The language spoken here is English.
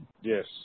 yes